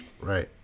right